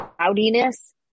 cloudiness